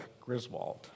Griswold